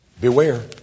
beware